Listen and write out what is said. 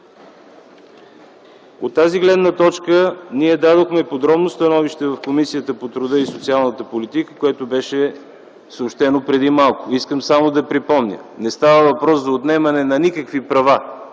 От тази гледна точка ние дадохме подробно становище в Комисията по труда и социалната политика, което беше съобщено преди малко. Искам само да припомня – не става въпрос за отнемане на никакви права,